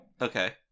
Okay